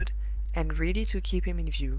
and really to keep him in view.